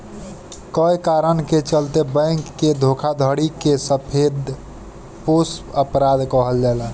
कए कारण के चलते बैंक के धोखाधड़ी के सफेदपोश अपराध कहल जाला